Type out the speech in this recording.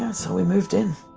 yeah so we moved in